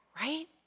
right